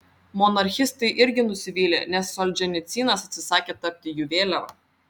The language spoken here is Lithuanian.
monarchistai irgi nusivylę nes solženicynas atsisakė tapti jų vėliava